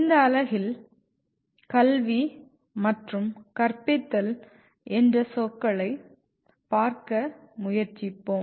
இந்த அலகில் கல்வி மற்றும் கற்பித்தல் என்ற சொற்களைப் பார்க்க முயற்சிப்போம்